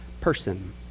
person